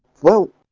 well